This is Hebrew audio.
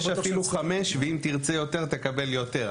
יש אפילו 5 מיליון ואם תרצה יותר תקבל יותר,